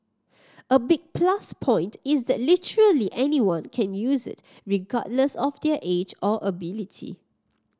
a big plus point is that literally anyone can use it regardless of their age or ability